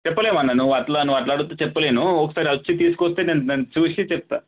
చెప్పలేము అన్న నువ్వు అట్లా నువ్వు అట్లా అడిగితే చెప్పలేను ఒకసారి వచ్చి తీసుకొస్తే నేను దాన్ని దాన్ని చూసి చెప్తాను